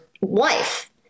wife